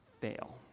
fail